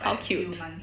how cute